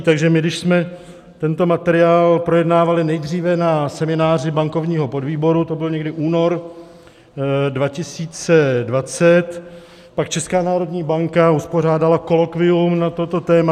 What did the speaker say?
Takže my, když jsme tento materiál projednávali nejdříve na semináři bankovního podvýboru to byl někdy únor 2020 pak Česká národní banka uspořádala kolokvium na toto téma.